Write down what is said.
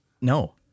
No